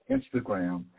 Instagram